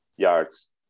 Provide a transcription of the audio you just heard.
yards